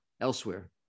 elsewhere